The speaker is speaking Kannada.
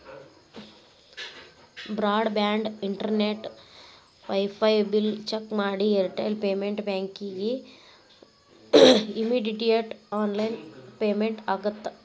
broad band internet wifi bill check ಮಾಡಿ ಏರ್ಟೆಲ್ ಪೇಮೆಂಟ್ ಬ್ಯಾಂಕಿಗಿ ಇಮ್ಮಿಡಿಯೇಟ್ ಆನ್ಲೈನ್ ಪೇಮೆಂಟ್ ಆಗತ್ತಾ